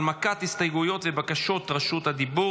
הנמקת ההסתייגויות ובקשות רשות הדיבור